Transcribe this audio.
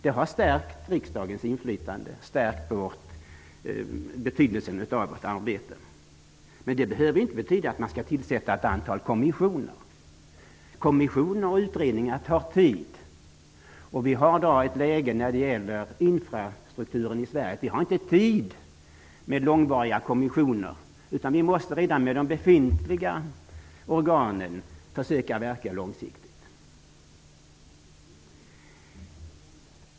Det har stärkt riksdagens inflytande och betydelsen av vårt arbete. Men det behöver inte betyda att man skall tillsätta ett antal kommissioner. Kommissioner och utredningar tar tid. Som läget är i Sverige i dag när det gäller infrastrukturen har vi inte tid med långvariga kommissioner. Vi måste redan med de befintliga organen försöka verka långsiktigt.